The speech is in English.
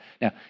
Now